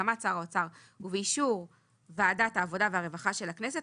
בהסכמת שר האוצר ובאישור ועדת העבודה והרווחה של הכנסת,